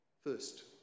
First